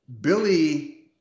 Billy